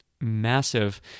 massive